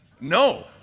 No